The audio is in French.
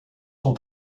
son